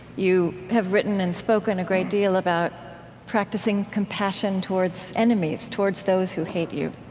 you have written and spoken a great deal about practicing compassion towards enemies, towards those who hate you.